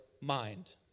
mind